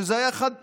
שזה היה חד-פעמי,